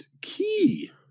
key